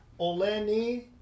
Oleni